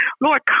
Lord